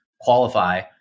qualify